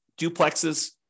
duplexes